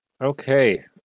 Okay